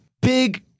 Big